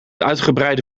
uitgebreide